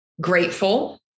grateful